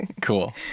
cool